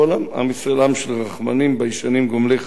עם ישראל עם של רחמנים, ביישנים, גומלי חסדים,